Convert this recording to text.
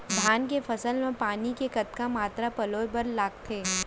धान के फसल म पानी के कतना मात्रा पलोय बर लागथे?